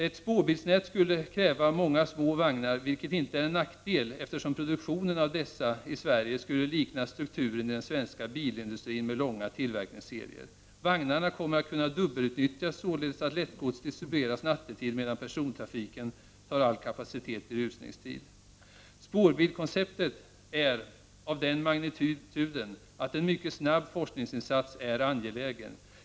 Ett spårbilsnät skulle kräva många små vagnar, vilket inte är en nackdel, eftersom produktionen av dessa skulle likna strukturen i den svenska bilindustrin med långa tillverkningsserier. Vagnarna kommer att kunna dubbelutnyttjas på så sätt att lättgods distribueras nattetid medan persontrafiken tar all kapacitet i rusningstid. Spårbil-konceptet är av den magnituden att en mycket snabb forskningsinsats är angelägen.